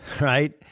right